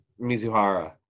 Mizuhara